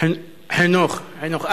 התשע"א 2011,